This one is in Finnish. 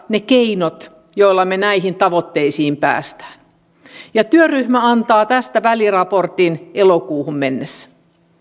ne keinot joilla me näihin tavoitteisiin pääsemme työryhmä antaa tästä väliraportin elokuuhun mennessä